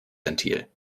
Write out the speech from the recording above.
ventil